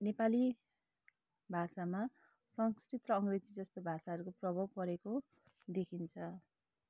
नेपाली भाषामा संस्कृत प्रभावित जस्तो भाषाहरूको प्रभाव परेको देखिन्छ